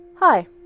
hi